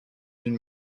d’une